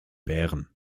bären